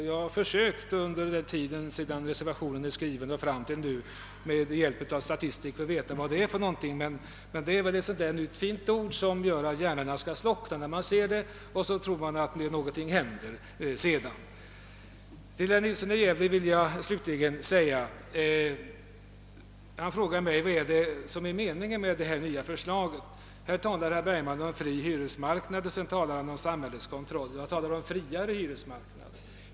Jag har sedan reservationen skrevs försökt att med hjälp av statistiker få reda på innebörden i detta. Det är väl ett sådant där nytt, fint uttryck som gör att hjärnorna slocknar när man ser det. Man tror sedan att någonting skall hända. Herr Nilsson i Gävle frågar vad som är meningen med det nya förslaget. »Här talar herr Bergman om fri hyresmarknad och samhällets kontroll.» Jag talade om friare hyresmarknad.